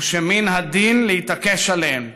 ושמן הדין להתעקש עליהן.